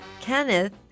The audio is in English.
Kenneth